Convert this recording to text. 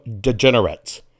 degenerates